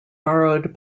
borrowed